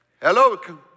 hello